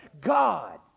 God